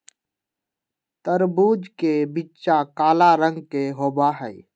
तरबूज के बीचा काला रंग के होबा हई